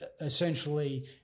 essentially